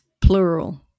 plural